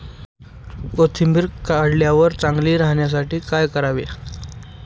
कोथिंबीर काढल्यावर चांगली राहण्यासाठी काय करावे?